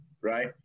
right